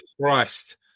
Christ